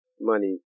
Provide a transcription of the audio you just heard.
Money